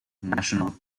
national